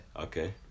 Okay